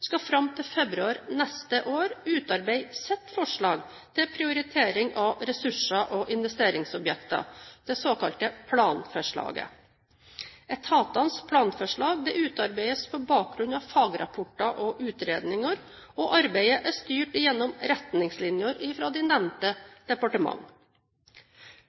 skal fram til februar neste år utarbeide sitt forslag til prioriteringer av ressurser og investeringsprosjekter, det såkalte planforslaget. Etatens planforslag utarbeides på bakgrunn av fagrapporter og utredninger, og arbeidet er styrt gjennom retningslinjer fra nevnte